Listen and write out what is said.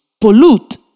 pollute